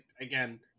Again